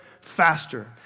faster